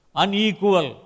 unequal